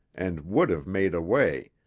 and would have made away,